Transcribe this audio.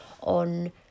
on